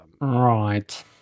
Right